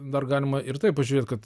dar galima ir taip pažiūrėt kad